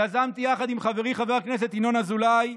יזמתי יחד עם חברי חבר הכנסת ינון אזולאי,